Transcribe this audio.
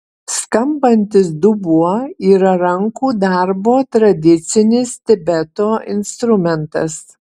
skambantis dubuo yra rankų darbo tradicinis tibeto instrumentas